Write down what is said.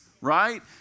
right